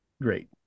Great